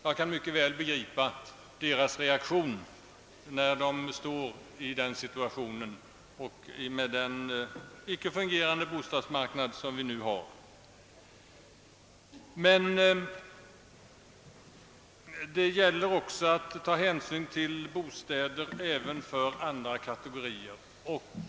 Man kan mycket väl begripa deras reaktion när de står i den situationen och bostadsmarknaden inte fungerar. Men det gäller också att ta hänsyn till andra kategorier som behöver bostäder.